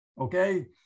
Okay